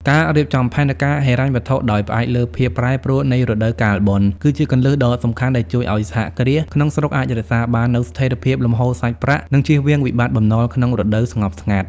ការរៀបចំផែនការហិរញ្ញវត្ថុដោយផ្អែកលើភាពប្រែប្រួលនៃរដូវកាលបុណ្យ គឺជាគន្លឹះដ៏សំខាន់ដែលជួយឱ្យសហគ្រាសក្នុងស្រុកអាចរក្សាបាននូវស្ថិរភាពលំហូរសាច់ប្រាក់ និងចៀសវាងវិបត្តិបំណុលក្នុងរដូវស្ងប់ស្ងាត់។